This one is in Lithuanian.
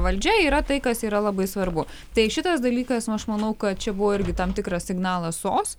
valdžia yra tai kas yra labai svarbu tai šitas dalykas aš manau kad čia buvo irgi tam tikras signalas sos